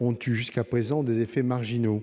ont eu jusqu'à présent des effets marginaux.